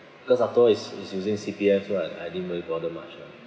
because afterward is is using C_P_F right I didn't really bother much lah